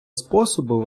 способу